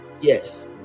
yes